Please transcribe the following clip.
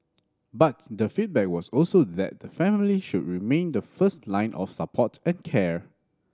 but the feedback was also that the family should remain the first line of support and care